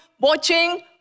watching